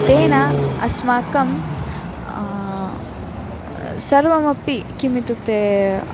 तेन अस्माकं सर्वमपि किमित्युक्ते